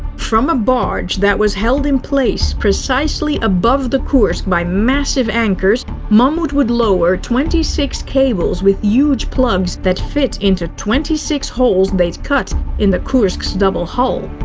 from a barge that was held in place precisely above the kursk by massive anchors, mammoet would would lower twenty six cables with huge plugs that fit into twenty six holes they'd cut in the kurk's double hull.